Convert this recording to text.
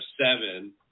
seven